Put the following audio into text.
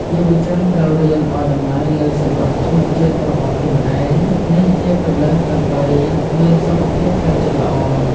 យុវជនត្រូវរៀនឱ្យតម្លៃលើសម្រស់ធម្មជាតិរបស់ខ្លួនឯង នេះជាគន្លឹះដើម្បីមានសុខភាពផ្លូវចិត្តល្អ។